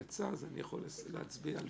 צריך להצביע על